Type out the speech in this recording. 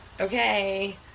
Okay